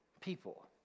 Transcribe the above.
people